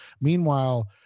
Meanwhile